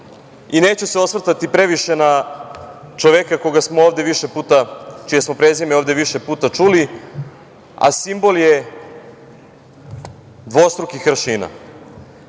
i neću se osvrtati previše na čoveka čije smo prezime ovde više puta čuli, a simbol je dvostrukih aršina.